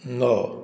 नओ